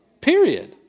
Period